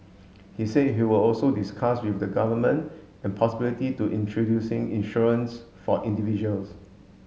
he said he would also discuss with the government an possibility to introducing insurance for individuals